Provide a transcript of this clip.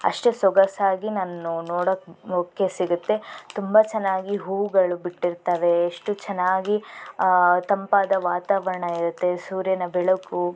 ಅಷ್ಟೇ ಸೊಗಸಾಗಿ ನನ್ನು ನೋಡೋಕ್ಕೆ ಸಿಗತ್ತೆ ತುಂಬ ಚೆನ್ನಾಗಿ ಹೂವುಗಳು ಬಿಟ್ಟಿರ್ತವೆ ಎಷ್ಟು ಚೆನ್ನಾಗಿ ತಂಪಾದ ವಾತಾವರಣ ಇರುತ್ತೆ ಸೂರ್ಯನ ಬೆಳಕು